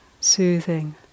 soothing